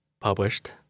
published